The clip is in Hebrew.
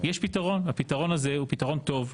יש פתרון והפתרון הזה הוא פתרון טוב.